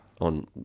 on